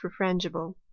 refrangible